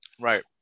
Right